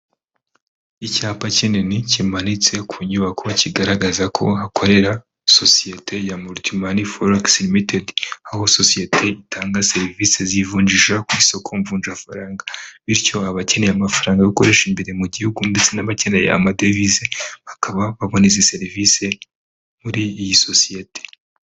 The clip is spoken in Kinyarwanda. Icyapa kinini kimanitse ku nyubako kigaragaza ko hakorera sosiyete ya morikimani furankisi, aho sosiyete itanga serivisi zivunjisha ku isoko mvunjawafaranga bityo abakeneye amafaranga yo gukoresha imbere mu gihugu ndetse n'abakeneye amadevize bakaba babona izi serivisi muri iyi sosiyete.